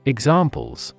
Examples